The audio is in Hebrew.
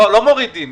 לא מורידים.